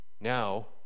now